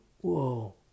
Whoa